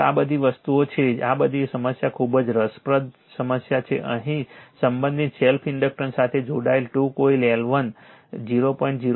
આગળ આ બીજી સમસ્યા છે આ સમસ્યા ખૂબ જ રસપ્રદ સમસ્યા છે સંબંધિત સેલ્ફ ઇન્ડક્ટન્સ સાથે જોડાયેલ 2 કોઇલ L1 0